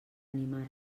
animar